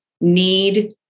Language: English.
need